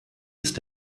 ist